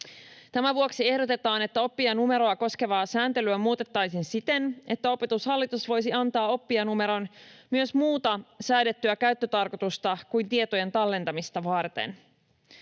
Tämän vuoksi ehdotetaan, että oppijanumeroa koskevaa sääntelyä muutettaisiin siten, että Opetushallitus voisi antaa oppijanumeron myös muuta säädettyä käyttötarkoitusta kuin tietojen tallentamista varten.